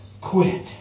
quit